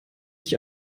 ich